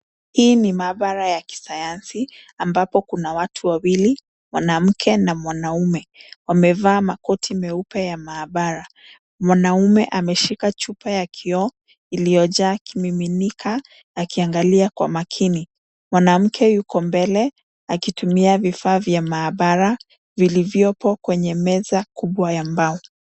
Hii ni maabara ya kisayansi ambapo kuna watu wawili, mwanamke na mwanaume, wamevaa makoti meupe ya maabara. Mwanaume ameshika chupa ya kioo, iliyojaa kimiminika akiangalia kwa makini. Mwanamke yuko mbele, akitumia vifaa vya maabara, vilivyopo kwenye meza kubwa ya mbao.